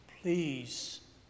Please